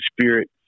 Spirit